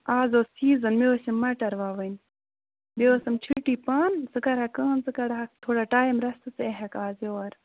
آز اوس سیٖزَن مےٚ اوس یِم مَٹَر وَوٕنۍ بیٚیہِ ٲسٕم چھُٹی پانہٕ ژٕ کَرٕہَکھ کٲم ژٕ کَرٕہَکھ تھوڑا ٹایِم رژھ تہٕ ژٕ یِہَکھ آز یور